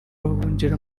bahungira